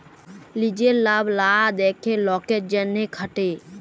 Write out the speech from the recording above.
লিজের লাভ লা দ্যাখে লকের জ্যনহে খাটে